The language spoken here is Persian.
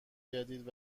جدید